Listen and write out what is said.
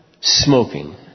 smoking